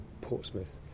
Portsmouth